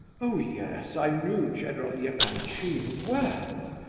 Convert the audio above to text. oh yes, i knew general yeah epanchin well,